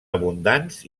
abundants